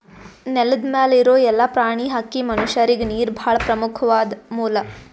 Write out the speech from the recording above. ನೆಲದ್ ಮ್ಯಾಲ್ ಇರೋ ಎಲ್ಲಾ ಪ್ರಾಣಿ, ಹಕ್ಕಿ, ಮನಷ್ಯರಿಗ್ ನೀರ್ ಭಾಳ್ ಪ್ರಮುಖ್ವಾದ್ ಮೂಲ